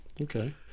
okay